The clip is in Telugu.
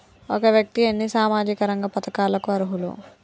ఒక వ్యక్తి ఎన్ని సామాజిక రంగ పథకాలకు అర్హులు?